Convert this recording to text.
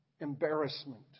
embarrassment